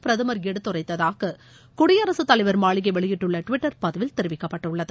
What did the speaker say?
பிரதமா் எடுத்துரைத்தாக குடியரகத்தலைவா் மாளிகை வெளியிட்டுள்ள டுவிட்டர் பதிவில் தெரிவிக்கப்பட்டுள்ளது